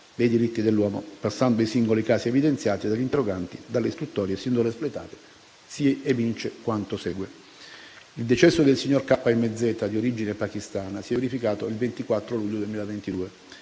dei diritti dell'uomo. Passando ai singoli casi evidenziati dagli interroganti, dalle istruttorie sinora espletate risulta quanto segue. Il decesso del signor K.M.Z., di origine pakistana, si è verificato in data 24 luglio 2022,